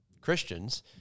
Christians